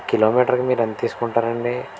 కిలోమీటర్కి మీరెంత తీసుకుంటారండి